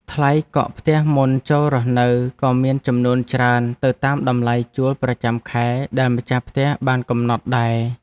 ថ្លៃកក់ផ្ទះមុនចូលរស់នៅក៏មានចំនួនច្រើនទៅតាមតម្លៃជួលប្រចាំខែដែលម្ចាស់ផ្ទះបានកំណត់ដែរ។